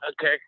Okay